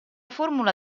formula